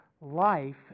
life